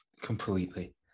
completely